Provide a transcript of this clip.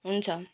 हुन्छ